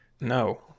No